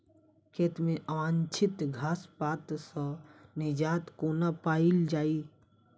खेत मे अवांछित घास पात सऽ निजात कोना पाइल जाइ?